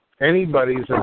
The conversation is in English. anybody's